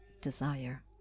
desire